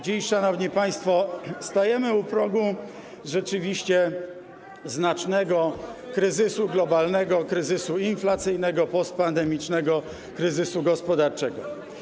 Dziś, szanowni państwo, stajemy u progu rzeczywiście znacznego kryzysu globalnego, kryzysu inflacyjnego, postpandemicznego kryzysu gospodarczego.